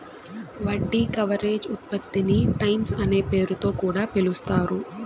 వడ్డీ కవరేజ్ ఉత్పత్తిని టైమ్స్ అనే పేరుతొ కూడా పిలుస్తారు